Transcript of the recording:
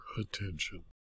attention